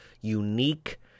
unique